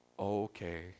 Okay